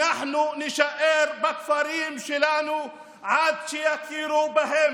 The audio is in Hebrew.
אנחנו נישאר בכפרים שלנו עד שיכירו בהם.